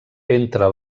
entre